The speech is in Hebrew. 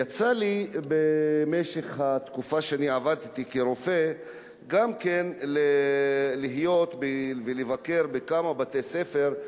יצא לי במשך התקופה שעבדתי כרופא גם להיות ולבקר בכמה בתי-ספר,